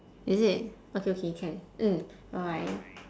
is it okay okay can mm bye bye